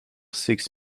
six